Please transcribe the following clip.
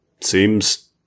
Seems